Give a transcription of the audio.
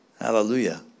Hallelujah